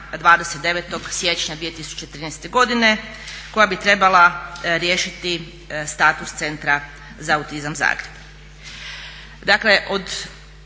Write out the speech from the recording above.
29. siječnja 2013. godine koja bi trebala riješiti status Centra za autizam Zagreb.